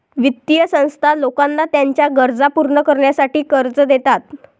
वित्तीय संस्था लोकांना त्यांच्या गरजा पूर्ण करण्यासाठी कर्ज देतात